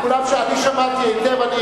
אני שמעתי היטב.